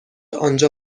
آنجا